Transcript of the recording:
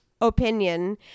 opinion